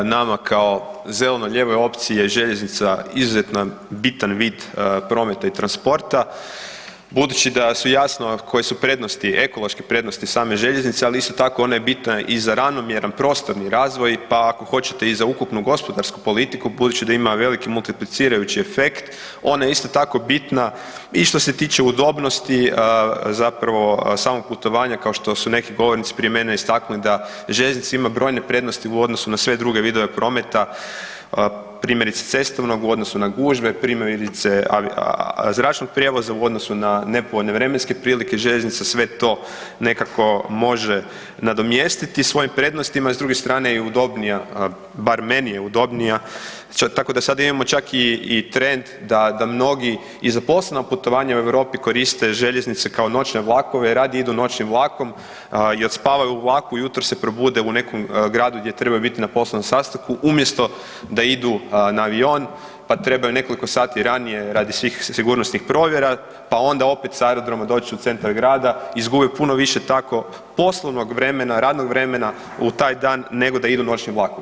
Nama kao zeleno-lijevoj opciji je željeznica izuzetno bitan vid prometa i transporta budući da je jasno koje su prednosti, ekološke prednosti same željeznice, a isto tako ona je bitna i za ravnomjeran prostorni razvoj, pa ako hoćete i za ukupnu gospodarsku politiku budući da ima veliki multiplicirajući efekt ona je isto tako bitna i što se tiče udobnosti zapravo samog putovanja kao što su neki govornici prije mene istaknuli da željeznica ima brojne prednosti u odnosu na sve druge vidove prometa, primjerice cestovnog u odnosu na gužve, primjerice zračnog prijevoza u odnosu na nepovoljne vremenske prilike, željeznica sve to nekako može nadomjestiti svojim prednostima i s druge strane je i udobnija, bar meni je udobnija, tako da sada imamo čak i trend da mnogi i za poslova putovanja u Europi koriste željeznice kao noćne vlakove, radije idu noćnim vlakom i odspavaju u vlaku i ujutro se probude u nekom gradu gdje trebaju biti na poslovnom sastanku umjesto da idu na avion, pa trebaju nekoliko sati ranije radi svih sigurnosnih provjera, pa onda opet s aerodroma doć u centar grada, izgube puno više tako poslovnog vremena, radnog vremena u taj dan nego da idu noćnim vlakom.